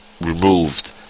removed